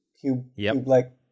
cube-like